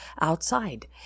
outside